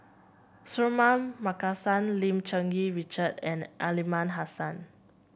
Suratman Markasan Lim Cherng Yih Richard and Aliman Hassan